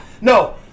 No